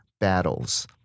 battles